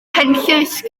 cenllysg